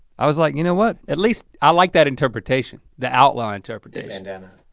i was like you know what at least i like that interpretation, the outlaw interpretation. and and